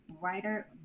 writer